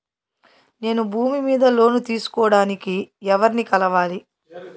నేను భూమి మీద లోను తీసుకోడానికి ఎవర్ని కలవాలి?